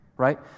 right